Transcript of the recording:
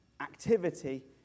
activity